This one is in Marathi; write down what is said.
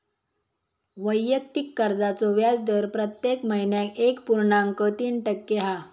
वैयक्तिक कर्जाचो व्याजदर प्रत्येक महिन्याक एक पुर्णांक तीन टक्के हा